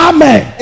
Amen